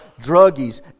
druggies